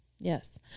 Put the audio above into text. Yes